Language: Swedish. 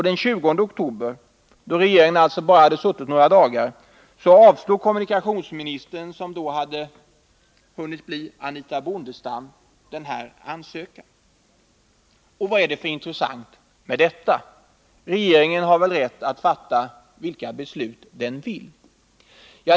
Den 20 oktober — när regeringen hade suttit bara några dagar — avslog kommunikationsministern, som då hette Anitha Bondestam, denna ansökan. Vad är det för intressant med detta? Regeringen har väl rätt att fatta vilka beslut den vill?